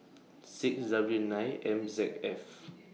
six W nine M Z F